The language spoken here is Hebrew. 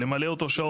למלא אותו שעות.